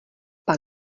pak